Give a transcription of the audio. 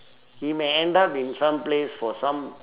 he may end up in some place for some